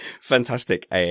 Fantastic